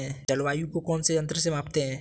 जलवायु को कौन से यंत्र से मापते हैं?